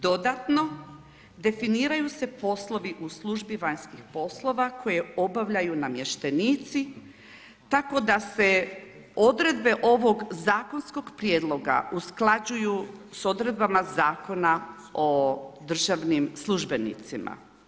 Dodatno, definiraju se poslovi u službi vanjskih poslova koje obavljaju namještenici tako da se odredbe ovog zakonskog prijedloga usklađuju s odredbama Zakona o državnim službenicima.